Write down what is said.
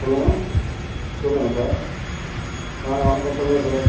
சொல்லுங்கள் சொல்லுங்கள் சார் ஆ வணக்கம் சொல்லுங்கள் சார்